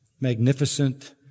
magnificent